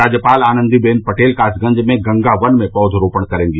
राज्यपाल आनन्दीबेन पटेल कासगंज में गंगा वन में पौध रोपण करेंगी